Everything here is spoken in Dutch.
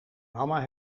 mama